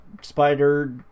spider